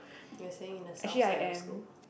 you're staying in the south side of school